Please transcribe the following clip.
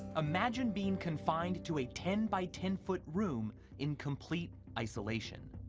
imagine being confined to a ten by ten foot room in complete isolation.